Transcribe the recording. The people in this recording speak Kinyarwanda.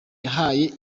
yahaye